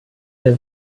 der